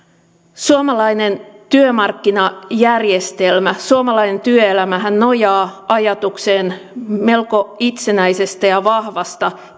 suomalainen työmarkkinajärjestelmä suomalainen työelämähän nojaa ajatukseen melko itsenäisestä ja vahvasta